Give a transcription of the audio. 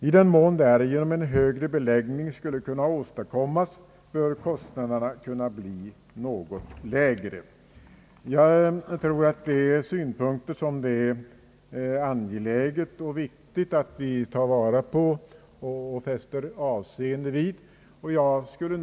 I den mån därigenom en högre beläggning skulle kunna åstadkommas bör kostnaderna kunna bli något lägre.» Jag tror att det är angeläget och viktigt att vi tar vara på och fäster avseende vid dessa synpunkter.